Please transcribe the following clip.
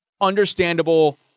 understandable